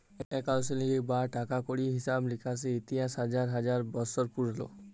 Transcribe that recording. accounting বা টাকা কড়ির হিসেব লিকেসের ইতিহাস হাজার হাজার বসর পুরল